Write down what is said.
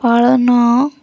ପାଳନ